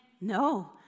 no